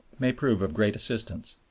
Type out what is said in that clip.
may prove of great assistance.